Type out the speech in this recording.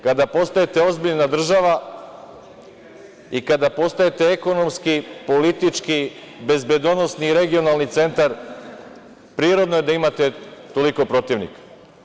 Kada postajete ozbiljna država i kada postajete ekonomski, politički, bezbedonosni i regionalni centar, prirodno je da imate toliko protivnika.